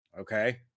okay